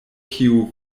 kiu